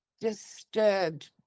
disturbed